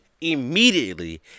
immediately